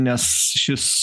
nes šis